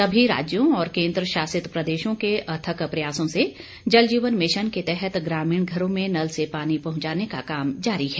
सभी राज्यों और केंद्रशासित प्रदेशों के अथक प्रयासों से जल जीवन मिशन के तहत ग्रामीण घरों में नल से पानी पहुंचाने का काम जारी है